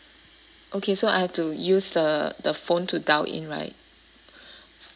okay so I have to use the the phone to dial in right